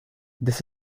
this